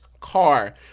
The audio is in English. car